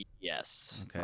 Yes